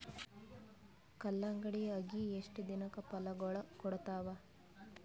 ಕಲ್ಲಂಗಡಿ ಅಗಿ ಎಷ್ಟ ದಿನಕ ಫಲಾಗೋಳ ಕೊಡತಾವ?